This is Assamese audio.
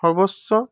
সৰ্বোচ্চ